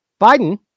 Biden